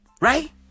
Right